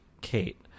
Kate